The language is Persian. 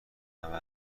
همه